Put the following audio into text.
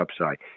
upside